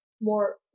more